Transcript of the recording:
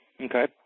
Okay